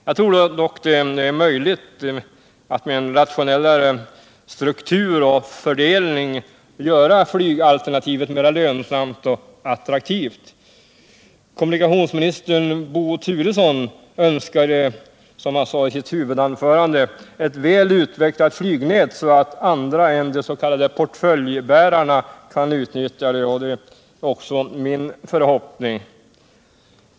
Jag tror dock att det är möjligt att med en rationellare struktur och fördelning göra flygalternativet mer lönsamt och attraktivt. Kommunikationsminister Bo Turesson önskar, som han sade i sitt huvudanförande, ett väl utvecklat flygnät så att andra än de s.k. portföljbärarna kan utnyttja det. Det är också min förhoppning att vi skall få en sådan utveckling.